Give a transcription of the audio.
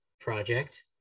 project